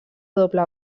doble